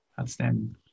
Outstanding